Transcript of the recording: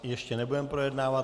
Ještě nebudeme projednávat.